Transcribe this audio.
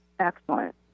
Excellent